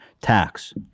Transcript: tax